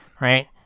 Right